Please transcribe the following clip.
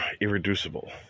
irreducible